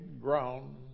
ground